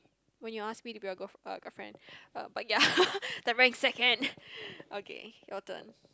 when you ask me to be your girlf~ uh girlfriend uh but ya that very second okay your turn